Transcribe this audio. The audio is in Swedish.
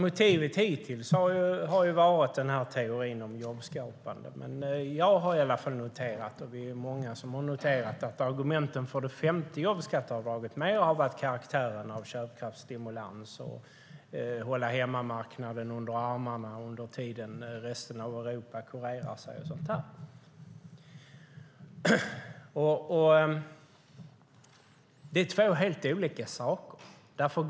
Motivet hittills har nämligen varit teorin om att det är jobbskapande. Men jag har i alla fall noterat, och det är vi många som har gjort, att argumenten för det femte jobbskatteavdraget mer har haft karaktären av att det handlar om köpkraftsstimulans och att man ska hålla hemmamarknaden under armarna under den tid som resten av Europa kurerar sig och så vidare. Det är två helt olika saker.